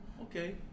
Okay